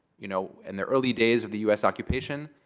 you know and the early days of the us occupation,